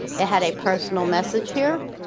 it had a personal message here,